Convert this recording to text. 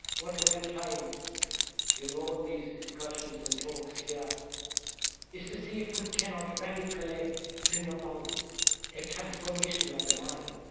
what we are trying you know in all these discussions and talks here is to see if we cannot radically bring about a transformism of the mind.